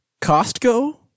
Costco